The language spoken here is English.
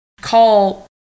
call